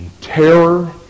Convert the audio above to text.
terror